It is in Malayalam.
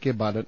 കെ ബാലൻ